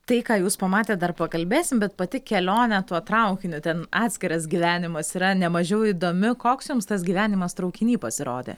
tai ką jūs pamatėt dar pakalbėsim bet pati kelionė tuo traukiniu ten atskiras gyvenimas yra nemažiau įdomi koks jums tas gyvenimas traukiny pasirodė